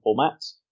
formats